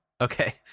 Okay